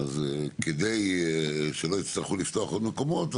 אז כדי שלא יצטרכו לפתוח עוד מקומות,